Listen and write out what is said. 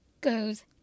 goes